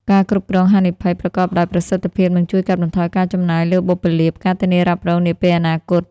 ការគ្រប់គ្រងហានិភ័យ ប្រកបដោយប្រសិទ្ធភាព នឹងជួយកាត់បន្ថយការចំណាយលើបុព្វលាភ ការធានារ៉ាប់រង នាពេលអនាគត។